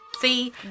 See